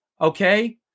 Okay